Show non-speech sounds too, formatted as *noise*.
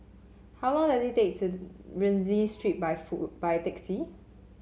how long does it take to Rienzi Street by *unintelligible* by taxi